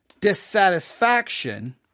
dissatisfaction